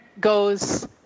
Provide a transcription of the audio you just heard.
goes